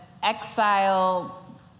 exile